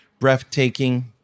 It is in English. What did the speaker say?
breathtaking